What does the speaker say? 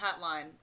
Hotline